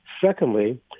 Secondly